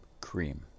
cream